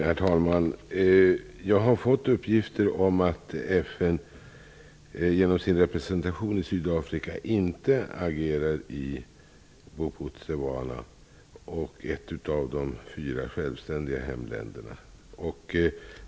Herr talman! Jag har fått uppgifter om att FN genom sin representation i Sydafrika inte agerar i Bophuthatswana, ett av de fyra självständiga hemländerna.